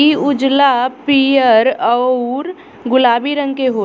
इ उजला, पीयर औरु गुलाबी रंग के होला